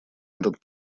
этот